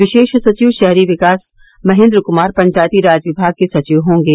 विशेष सचिव शहरी विकास महेन्द्र कुमार पंचायती राज विभाग के सचिव होंगे